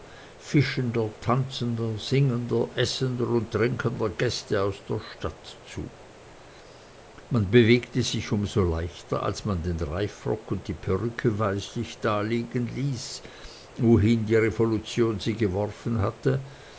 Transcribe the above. fischender tanzender singender essender und trinkender gäste aus der stadt zu man bewegte sich um so leichter als man den reifrock und die perücke weislich da liegenließ wohin sie die revolution geworfen hatte